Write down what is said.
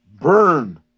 burn